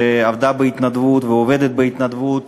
שעבדה ועובדת בהתנדבות,